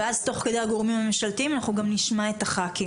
ואז תוך כדי הגורמים הממשלתיים אנחנו גם נשמע את הח"כים.